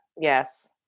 Yes